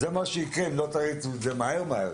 זה מה שיקרה אם לא תריצו את זה מהר מהר.